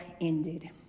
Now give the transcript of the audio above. ended